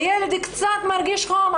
הילד קצת מרגיש חום,